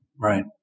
right